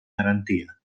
garantia